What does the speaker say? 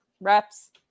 reps